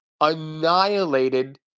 annihilated